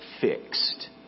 fixed